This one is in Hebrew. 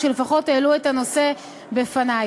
שלפחות העלו את הנושא בפני.